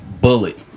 Bullet